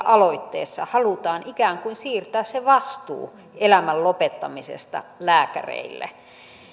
aloitteessa halutaan ikään kuin siirtää se vastuu elämän lopettamisesta lääkäreille